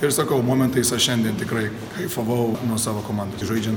ir sakau momentais aš šiandien tikrai kaifavau nuo savo komandos žaidžia